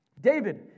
David